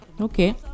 okay